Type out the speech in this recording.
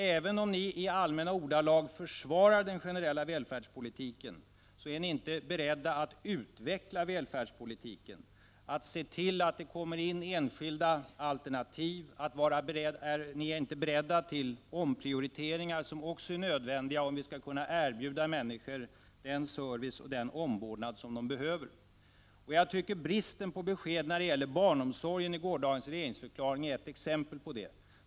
Även om ni i allmänna ordalag försvarar den generella välfärdspolitiken, är ni inte beredda att utveckla välfärdspolitiken. Ni är inte beredda att se till att det kommer in enskilda alternativ eller att göra omprioriteringar, som också är nödvändiga om vi skall kunna erbjuda människor den service och den omvårdnad de behöver. Jag tycker att bristen på besked när det gäller barnomsorgen i gårdagens regeringsförklaring är ett exempel på det.